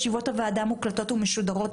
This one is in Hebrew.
ישיבות הוועדה מוקלטות ומשודרות,